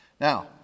Now